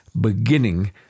beginning